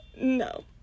No